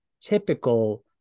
typical